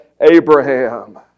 Abraham